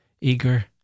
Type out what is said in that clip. eager